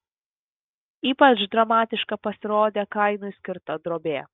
ypač dramatiška pasirodė kainui skirta drobė